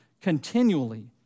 continually